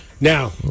Now